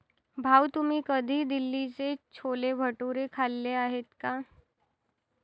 भाऊ, तुम्ही कधी दिल्लीचे छोले भटुरे खाल्ले आहेत का?